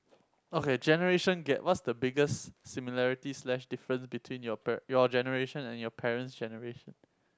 okay generation gap what's the biggest similarity slash difference between your par~ your generation and your parents' generation